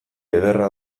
ederra